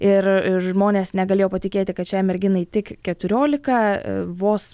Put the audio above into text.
ir žmonės negalėjo patikėti kad šiai merginai tik keturiolika vos